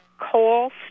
Coal